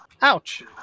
Ouch